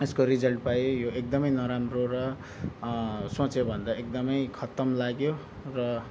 यसको रिजल्ट पाएँ यो एकदमै नराम्रो र सोचेभन्दा एकदमै खत्तम लाग्यो र